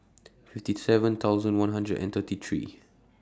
fifty seven thousand one hundred and thirty three